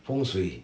fengshui